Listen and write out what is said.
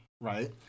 right